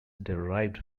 derived